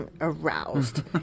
aroused